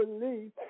believe